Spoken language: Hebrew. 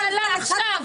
זה עולה עכשיו.